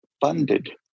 funded